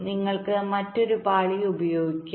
നിങ്ങൾക്ക് മറ്റൊരു പാളി ഉപയോഗിക്കാം